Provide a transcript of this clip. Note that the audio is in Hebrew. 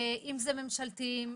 אם זה ממשלתיים,